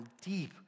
deep